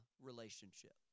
relationship